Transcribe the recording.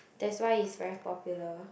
that's why it's very popular